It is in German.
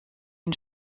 ihn